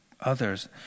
others